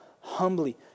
humbly